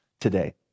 Today